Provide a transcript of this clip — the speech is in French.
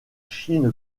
chine